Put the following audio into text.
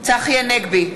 צחי הנגבי,